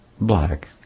black